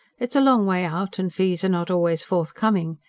it's a long way out, and fees are not always forthcoming.